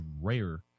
rare